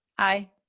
aye.